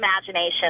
imagination